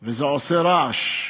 זה עושה רעש,